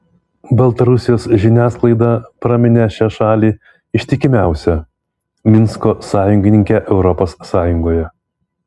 baltarusijos žiniasklaida praminė šią šalį ištikimiausia minsko sąjungininke europos sąjungoje